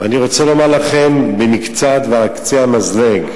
ואני רוצה לומר לכם במקצת ועל קצה המזלג,